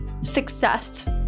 success